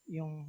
Yung